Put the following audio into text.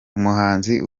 umuhanzi